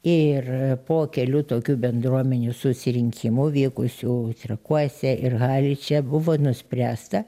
ir po kelių tokių bendruomenių susirinkimų vykusių trakuose ir haliče buvo nuspręsta